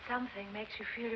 something makes you feel